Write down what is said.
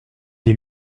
des